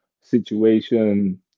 situation